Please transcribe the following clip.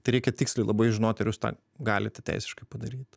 tai reikia tiksliai labai žinoti ar jūs tą galite teisiškai padaryt